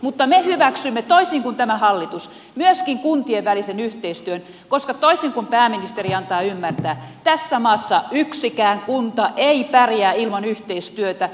mutta me hyväksymme toisin kuin tämä hallitus myöskin kuntien välisen yhteistyön koska toisin kuin pääministeri antaa ymmärtää tässä maassa yksikään kunta ei pärjää ilman yhteistyötä